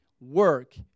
work